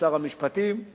סעיף 6